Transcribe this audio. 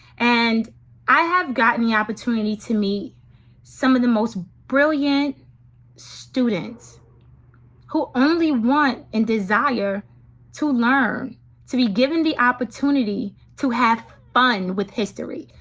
and i have gotten the opportunity to meet some of the most brilliant students who only want and desire to learn to be given the opportunity to have fun with history.